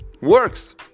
works